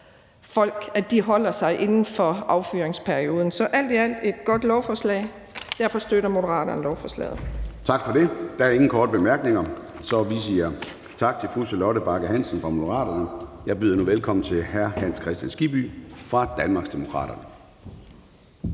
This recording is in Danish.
at folk holder sig inden for affyringsperioden. Så alt i alt er det et godt lovforslag, og derfor støtter Moderaterne lovforslaget. Kl. 10:19 Formanden (Søren Gade): Tak for det. Der er ingen korte bemærkninger, så vi siger tak til fru Charlotte Bagge Hansen fra Moderaterne. Jeg byder nu velkommen til hr. Hans Kristian Skibby fra Danmarksdemokraterne.